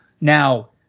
Now